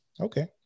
Okay